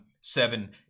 seven